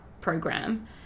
program